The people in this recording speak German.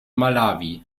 malawi